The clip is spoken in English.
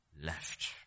left